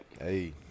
Hey